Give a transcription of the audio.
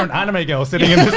um anime girl sitting